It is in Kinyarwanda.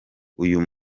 uyu